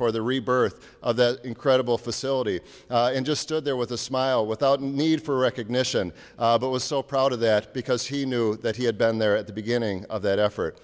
for the rebirth of that incredible facility and just stood there with a smile without a need for recognition it was so proud of that because he knew that he had been there at the beginning of that effort